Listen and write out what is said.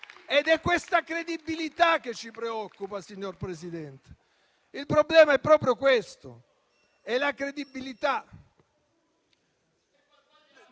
ed è questa credibilità che ci preoccupa, signor Presidente. Il problema è proprio questo, la credibilità.